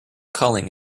culling